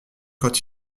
quand